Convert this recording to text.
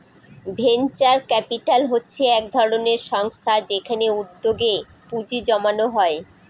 venture capital হচ্ছে এক ধরনের সংস্থা যেখানে উদ্যোগে পুঁজি জমানো হয়